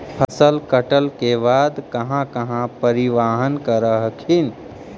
फसल कटल के बाद कहा कहा परिबहन कर हखिन?